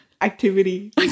activity